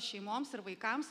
šeimoms ir vaikams